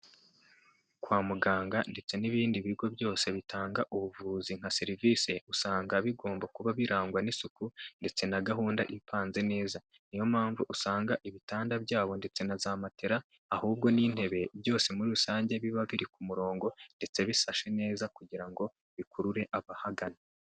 Kwa muganga ndetse n'ibindi bigo byose bitanga ubuvuzi nka serivise, usanga bigomba kuba birangwa n'isuku ndetse na gahunda ipanze neza. Niyo mpamvu usanga ibitanda byabo ndetse na za matera ahubwo n'intebe byose muri rusange biba biri ku murongo ndetse bisashe neza kugira ngo bikurure abahagana.